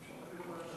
ועדת הפנים.